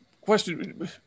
question